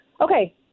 okay